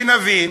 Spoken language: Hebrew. שנבין